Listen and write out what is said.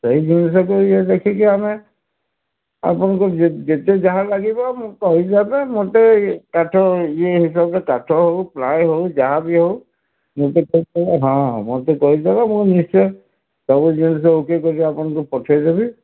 ସେଇ ଜିନିଷକୁ ଇଏ ଦେଖିକି ଆମେ ଆପଣଙ୍କୁ ଯେତେ ଯାହା ଲାଗିବ ମୁଁ କହିଦେବେ ମୋତେ କାଠ ଇଏ ହିସାବରେ କାଠ ହଉ ପ୍ଲାଏ ହଉ ଯାହା ବି ହଉ ମୁଁ ତ ହଁ ମୋତେ କହିଦେବ ମୁଁ ନିଶ୍ଚୟ ସବୁ ଜିନିଷ ଓ କେ କରି ଆପଣଙ୍କୁ ପଠେଇଦେବି